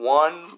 one